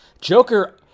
joker